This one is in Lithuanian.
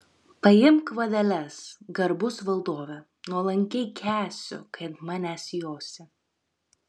paimk vadeles garbus valdove nuolankiai kęsiu kai ant manęs josi